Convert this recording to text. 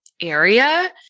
area